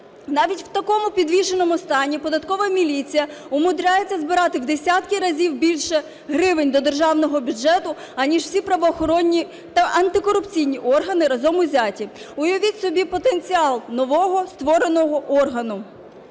Навіть в такому підвішеному стані податкова міліція умудряється збирати в десятки разів більше гривень до державного бюджету, аніж всі правоохоронні та антикорупційні органи, разом узяті. Уявіть собі потенціал нового створеного органу.